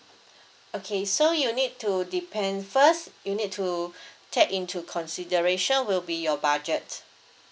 okay so you need to depend first you need to take into consideration will be your budget